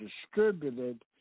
distributed